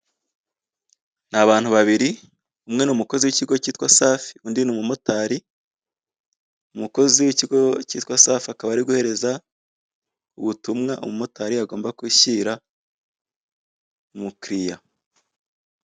Ni abantu babiri, umwe ni umukozi w'ikigo cyitwa SAFI undi ni umumotari. Umukozi w'ikigo cyitwa SAFI akaba ari guhereza ubutumwa umumotari agomba gushyira umukiriya.